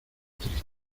tristes